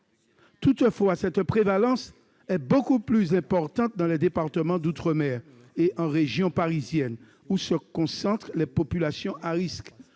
Toutefois, la prévalence est beaucoup plus importante dans les départements d'outre-mer et en région parisienne, où se concentrent les populations à risque.